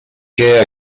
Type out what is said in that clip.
què